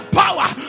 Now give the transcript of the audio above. power